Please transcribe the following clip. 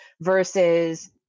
versus